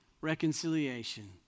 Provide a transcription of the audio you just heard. reconciliation